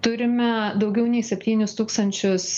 turime daugiau nei septynis tūkstančius